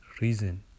reason